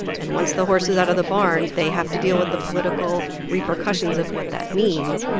and once the horse is out of the barn, they have to deal with the political repercussions of what that means.